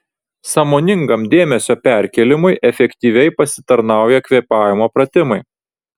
sąmoningam dėmesio perkėlimui efektyviai pasitarnauja kvėpavimo pratimai